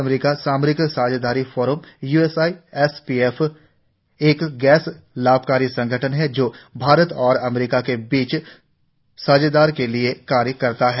अमरीका भारत सामरिक साझेदारी फोरम य्एसआईएफसीएफ एक गैस लाभकारी संगठन है जो भारत और अमरीका के बीच साझेदारी के लिए कार्य करता है